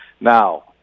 Now